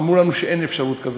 אמרו לנו שאין אפשרות כזאת.